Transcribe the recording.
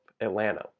Atlanta